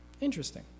Interesting